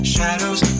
Shadows